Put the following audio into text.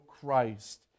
Christ